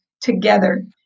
together